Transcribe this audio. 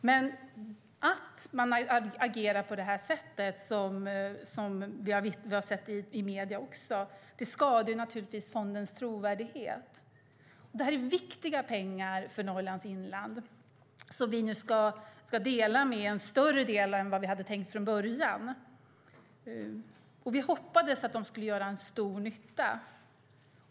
Men att man agerar på det sätt som vi har sett i medierna skadar givetvis fondens trovärdighet. Detta är viktiga pengar för Norrlands inland, och de ska vi nu dela med en större del än vi hade tänkt från början. Vi hoppades att de skulle göra stor nytta.